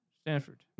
Stanford